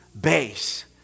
base